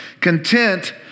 content